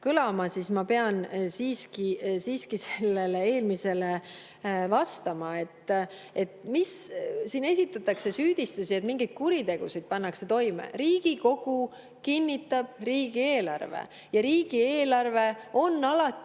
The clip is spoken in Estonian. kõlama, siis ma pean siiski sellele eelmisele vastama. Siin esitatakse süüdistusi, et mingeid kuritegusid pannakse toime. Riigikogu kinnitab riigieelarve ja riigieelarve on alati